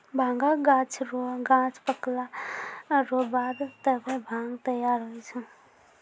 भांगक गाछ रो गांछ पकला रो बाद तबै भांग तैयार हुवै छै